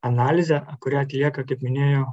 analizė kurią atlieka kaip minėjau